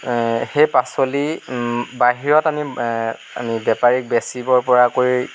সেই পাচলি বাহিৰত আমি আমি বেপাৰীক বেছিবৰ পৰাকৈ